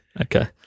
okay